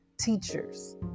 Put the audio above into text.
teachers